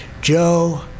Joe